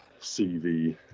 CV